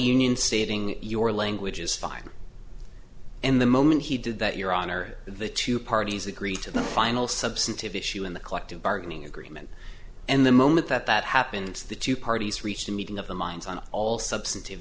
union stating your language is fine and the moment he did that your honor the two parties agree to the final substantive issue in the collective bargaining agreement and the moment that that happens the two parties reached a meeting of the minds on all substantive